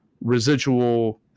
residual